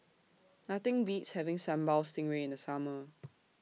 Nothing Beats having Sambal Stingray in The Summer